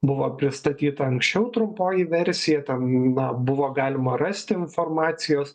buvo pristatyta anksčiau trumpoji versija ten na buvo galima rasti informacijos